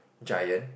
Giant